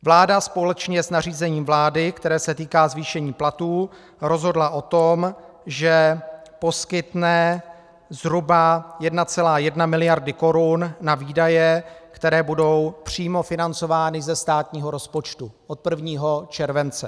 Vláda společně s nařízením vlády, které se týká zvýšení platů, rozhodla o tom, že poskytne zhruba 1,1 miliardy korun na výdaje, které budou přímo financovány ze státního rozpočtu od 1. července.